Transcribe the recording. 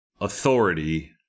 authority